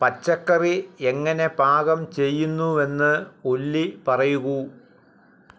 പച്ചക്കറി എങ്ങനെ പാകം ചെയ്യുന്നുവെന്ന് ഒല്ലി പറയൂ